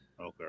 okay